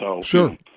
Sure